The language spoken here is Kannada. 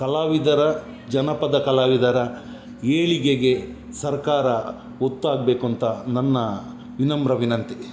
ಕಲಾವಿದರ ಜನಪದ ಕಲಾವಿದರ ಏಳಿಗೆಗೆ ಸರ್ಕಾರ ಒತ್ತಾಗಬೇಕು ಅಂತ ನನ್ನ ವಿನಮ್ರ ವಿನಂತಿ